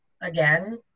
Again